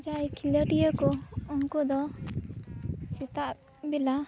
ᱡᱟᱦᱟᱸᱭ ᱠᱷᱮᱞᱳᱰᱤᱭᱟ ᱠᱚ ᱩᱱᱠᱩ ᱫᱚ ᱥᱮᱛᱟᱜ ᱵᱮᱞᱟ